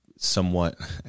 somewhat